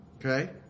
Okay